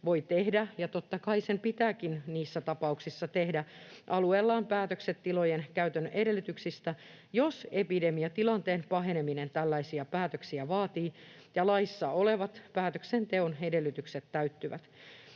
voi tehdä — ja totta kai sen pitääkin niissä tapauksissa tehdä — alueellaan päätökset tilojen käytön edellytyksistä, jos epidemiatilanteen paheneminen tällaisia päätöksiä vaatii ja laissa olevat päätöksenteon edellytykset täyttyvät.